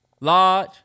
large